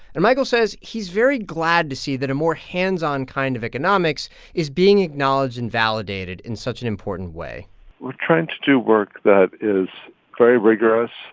and michael says he's very glad to see that a more hands-on kind of economics is being acknowledged and validated in such an important way we're trying to do work that is very rigorous,